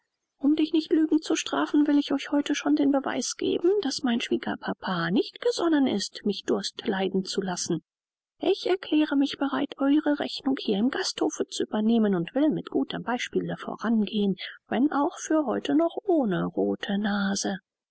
um dich nicht lügen zu strafen will ich euch heute schon den beweis geben daß mein schwiegerpapa nicht gesonnen ist mich durst leiden zu lassen ich erkläre mich bereit eure rechnung hier im gasthofe zu übernehmen und will mit gutem beispiele vorangehen wenn auch für heute noch ohne rothe nase